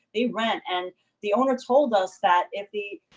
they rent. and the owner told us that if the,